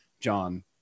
John